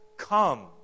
Come